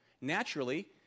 Naturally